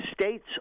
states